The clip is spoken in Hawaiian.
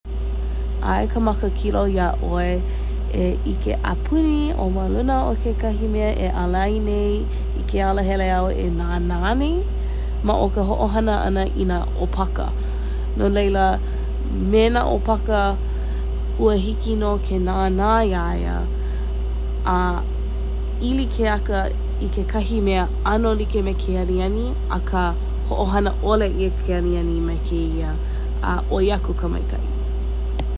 ʻAe ka makakilo iā ʻoe e ʻike apuni o ma luna o kekahi mea e alai nei i ke alahele āu e nānā nei ma o ka hoʻohana ʻana i nā ʻōpaka. No laila, me nā ʻōpaka, ua hiki nō ke nānā iāiā a ʻili ke aka i kekahi mea, ʻano like me ke aniani akā hoʻohana ʻole ʻia ke aniani me kēia a ʻoi aku ka maikaʻi.